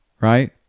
Right